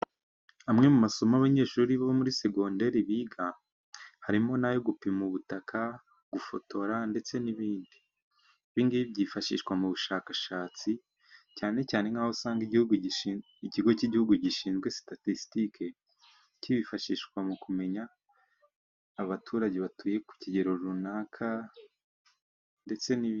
Amwe mu masomo abanyeshuri bo muri segonderi biga, harimo n'ayo gupima ubutaka, gufotora, ndetse n'ibindi. Ibi ngibi byifashishwa mu bushakashatsi, cyane cyane nk'aho usanga ikigo cy'igihugu gishinzwe statistike kibifashisha mu kumenya abaturage batuye ku kigero runaka ndetse n'ibindi.